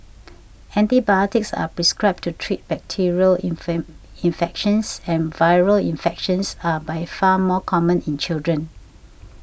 antibiotics are prescribed to treat bacterial infections but viral infections are by far more common in children